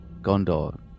Gondor